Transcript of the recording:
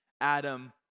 Adam